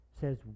says